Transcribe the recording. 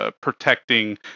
protecting